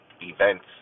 events